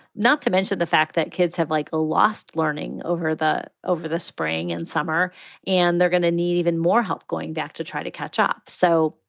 not to mention the fact that kids have like a lost learning over the over the spring and summer and they're going to need even more help going back to try to catch up. so,